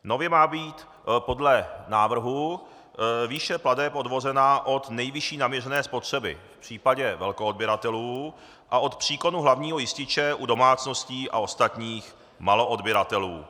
Nově má být podle návrhu výše plateb odvozena od nejvyšší naměřené spotřeby v případě velkoodběratelů a od příkonu hlavního jističe u domácností a ostatních maloodběratelů.